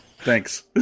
Thanks